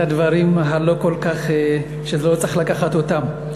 את הדברים הלא-כל-כך, שלא צריך לקחת אותם.